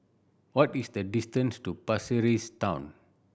what is the distance to Pasir Ris Town